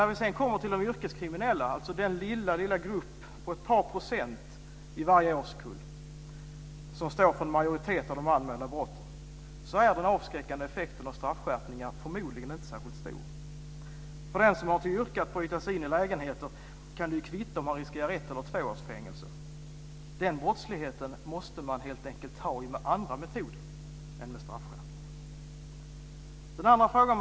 När vi kommer till de yrkeskriminella, den lilla, lilla grupp på ett par procent i varje årskull som står för en majoritet av de anmälda brotten, är den avskräckande effekten av straffskärpningen förmodligen inte särskilt stor. För den som har till yrke att bryta sig in i lägenheter kan det kvitta om han riskerar ett eller två års fängelse. Den brottsligheten måste hanteras med andra metoder än med hjälp av straffskärpning.